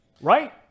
Right